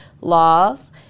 laws